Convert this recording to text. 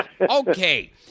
Okay